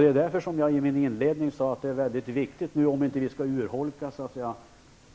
Det var därför jag i min inledning sade att det är viktigt att vi så snart som möjligt återställer detta, om vi inte skall urholka